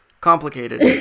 complicated